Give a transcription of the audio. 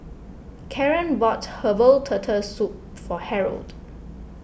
Karan bought Herbal Turtle Soup for Harrold